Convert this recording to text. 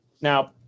Now